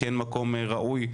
כן מקום ראוי,